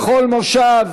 בנושא